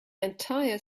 entire